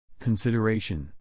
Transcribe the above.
consideration